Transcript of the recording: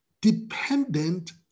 Dependent